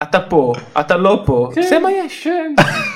אתה פה, אתה לא פה, זה מה יש